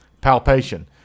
Palpation